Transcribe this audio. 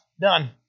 Done